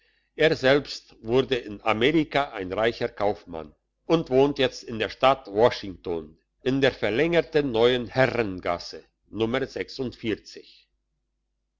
er selbst wurde in amerika ein reicher kaufmann und wohnt jetzt in der stadt washington in der verlängerten neuen herrengasse